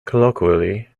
colloquially